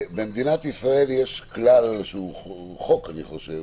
במדינת ישראל יש כלל, שהוא חוק אני חושב,